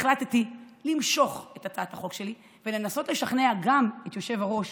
החלטתי למשוך את הצעת החוק שלי ולנסות לשכנע גם את היושב-ראש